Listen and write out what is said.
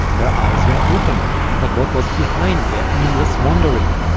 her eyes were open but what was behind their aimless wandering?